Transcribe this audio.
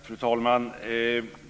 Fru talman!